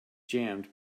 jammed